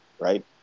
right